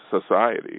society